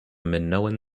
minoan